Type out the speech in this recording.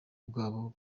bwabo